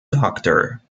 doctor